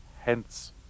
hence